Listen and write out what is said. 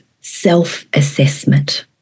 self-assessment